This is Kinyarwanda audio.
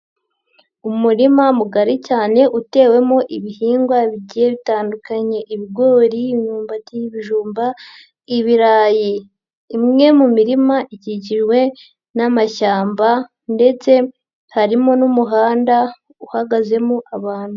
Umurima mugari cyane utewemo ibihingwa bigiye bitandukanye, ibigori, imyumbati, ibijumba, ibirayi, imwe mu mirima ikikijwe n'amashyamba ndetse harimo n'umuhanda uhagazemo abantu.